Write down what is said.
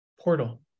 portal